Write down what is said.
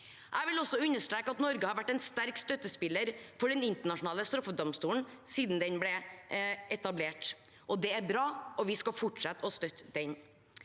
Jeg vil også understreke at Norge har vært en sterk støttespiller for Den internasjonale straffedomstolen siden den ble etablert. Det er bra, og vi skal fortsette å støtte den.